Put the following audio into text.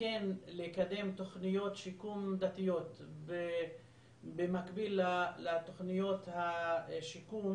כן לקדם תוכניות שיקום דתיות במקביל לתוכניות השיקום